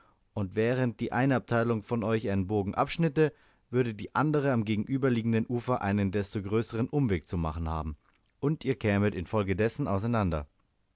und während die eine abteilung von euch einen bogen abschnitte würde die andere am gegenüberliegenden ufer einen desto größeren umweg zu machen haben und ihr kämet infolgedessen auseinander